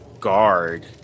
guard